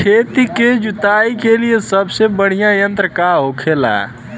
खेत की जुताई के लिए सबसे बढ़ियां यंत्र का होखेला?